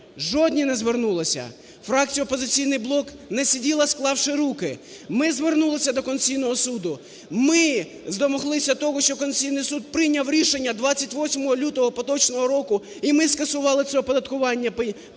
Жодні не звернулися. Фракція "Опозиційний блок" не сиділа, склавши руки, ми звернулися до Конституційного суду, ми домоглися того, що Конституційний суд прийняв рішення 28 лютого поточного року і ми скасували це оподаткування